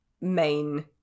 main